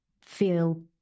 feel